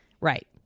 Right